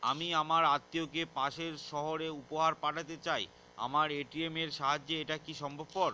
আমি আমার আত্মিয়কে পাশের সহরে উপহার পাঠাতে চাই আমার এ.টি.এম এর সাহায্যে এটাকি সম্ভবপর?